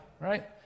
right